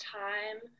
time